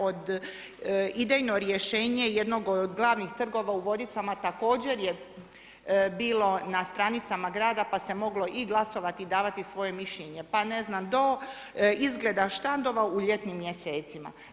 Od … rješenje jedno od glavnih trgova u Vodicama, također je bilo na stranicama grada, pa se moglo glasovati i davati svoje mišljenje, pa ne znam, do izgleda štandova u ljetnim mjesecima.